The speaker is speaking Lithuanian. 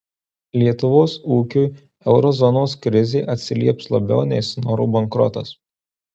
lietuvos ūkiui euro zonos krizė atsilieps labiau nei snoro bankrotas